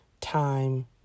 time